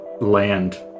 land